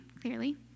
clearly